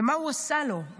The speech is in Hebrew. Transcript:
ומה הוא עשה לו?